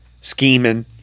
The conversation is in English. Scheming